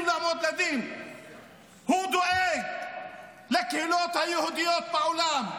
הוא דואג לקהילות היהודיות בעולם,